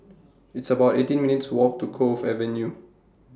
It's about eighteen minutes' Walk to Cove Avenue